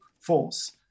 force